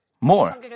more